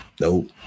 Nope